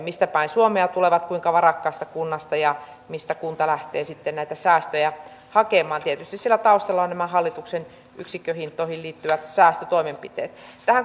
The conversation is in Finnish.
mistä päin suomea tulevat kuinka varakkaasta kunnasta ja mistä kunta lähtee sitten näitä säästöjä hakemaan tietysti siellä taustalla ovat nämä hallituksen yksikköhintoihin liittyvät säästötoimenpiteet